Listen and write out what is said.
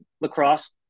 lacrosse